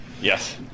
Yes